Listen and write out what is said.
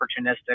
opportunistic